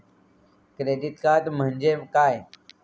Credit card म्हणजे काय?